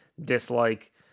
dislike